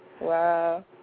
wow